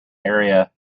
area